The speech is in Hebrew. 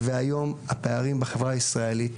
והיום הפערים בחברה הישראלית,